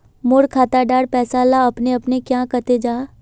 मोर खाता डार पैसा ला अपने अपने क्याँ कते जहा?